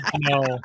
No